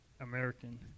American